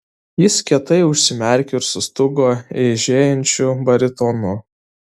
jis kietai užsimerkė ir sustūgo eižėjančiu baritonu